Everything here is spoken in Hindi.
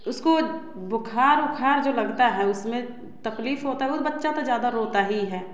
उसको बुखार उखार जो लगता है उसमें तकलीफ होता है वो बच्चा तो ज़्यादा रोता ही है